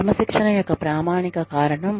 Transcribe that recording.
క్రమశిక్షణ యొక్క ప్రామాణిక కారణం